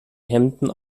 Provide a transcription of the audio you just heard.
hemden